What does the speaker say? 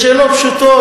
לשאלות פשוטות,